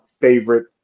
favorite